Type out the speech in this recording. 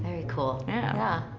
cool, yeah.